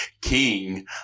king